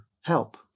help